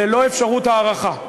ללא אפשרות הארכה.